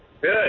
good